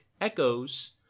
echoes